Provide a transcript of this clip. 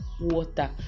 water